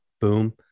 boom